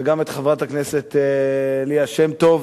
וגם את חברת הכנסת ליה שמטוב.